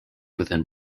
within